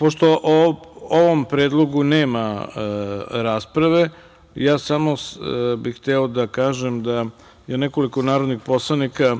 o ovom predlogu nema rasprave, samo bih hteo da kažem da je nekoliko narodnih poslanika,